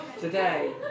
today